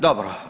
Dobro.